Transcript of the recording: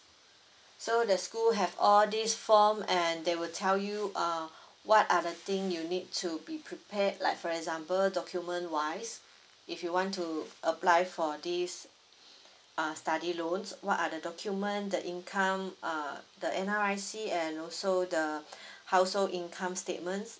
so the school have all these form and they will tell you err what are the thing you need to be prepared like for example document wise if you want to apply for this err study loans what are the document the income err the N_R_I_C and also the household income statements